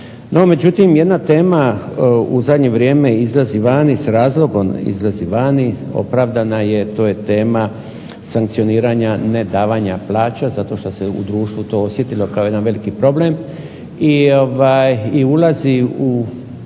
međutim jedna tema u zadnje vrijeme izlazi van i s razlogom izlazi vani, opravdana je to je tema sankcioniranje nedavanja plaća zato što se to u društvu osjetilo kao jedan veliki problem i ulazi u